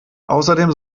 außerdem